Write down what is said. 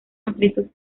amplitud